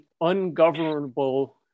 ungovernable